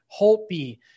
Holtby